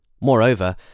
Moreover